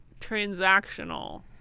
transactional